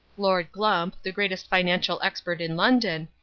lord glump, the greatest financial expert in london,